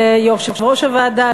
ליושב-ראש הוועדה,